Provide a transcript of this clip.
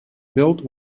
built